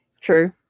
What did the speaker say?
true